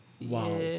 Wow